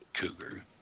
Cougar